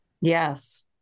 Yes